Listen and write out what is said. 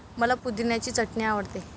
मला पुदिन्याची चटणी आवडते